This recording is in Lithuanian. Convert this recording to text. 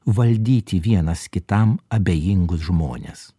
valdyti vienas kitam abejingus žmones